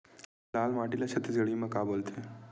लाल माटी ला छत्तीसगढ़ी मा का बोलथे?